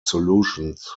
solutions